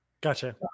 Gotcha